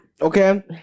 Okay